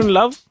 love